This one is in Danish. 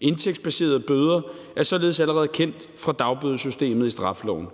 Indtægtsbaserede bøder er således allerede kendt fra dagbødesystemet i straffeloven.